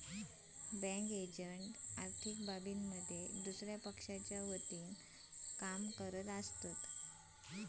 bank agent आर्थिक बाबींमध्ये दुसया पक्षाच्या वतीनं काम करतत